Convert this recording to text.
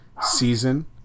season